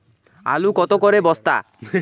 আলু কত করে বস্তা?